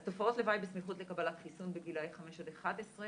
אז תופעות לוואי בסמיכות לקבלת חיסון בגילאי 5 עד 11,